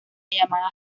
llamada